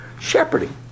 shepherding